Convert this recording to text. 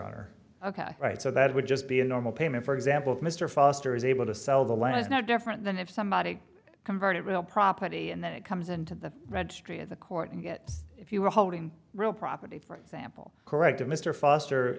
honor ok right so that would just be a normal payment for example if mr foster is able to sell the land is no different than if somebody converted real property and then it comes into the registry of the court and get if you were holding real property for example correct a mr foster